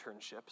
internships